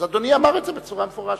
אז אדוני אמר את זה בצורה מפורשת,